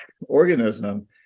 organism